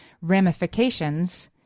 ramifications